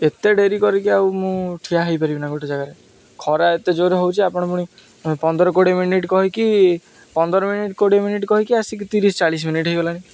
ଏତେ ଡେରି କରିକି ଆଉ ମୁଁ ଠିଆ ହେଇପାରିବି ନା ଗୋଟେ ଜାଗାରେ ଖରା ଏତେ ଜୋର ହେଉଛି ଆପଣ ପୁଣି ପନ୍ଦର କୋଡ଼ିଏ ମିନିଟ୍ କହିକି ପନ୍ଦର ମିନିଟ୍ କୋଡ଼ିଏ ମିନିଟ୍ କହିକି ଆସିକି ତିରିଶ ଚାଳିଶ ମିନିଟ୍ ହେଇଗଲାଣି